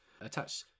attach